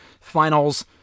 Finals